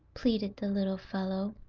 pleaded the little fellow.